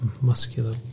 muscular